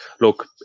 look